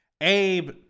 Abe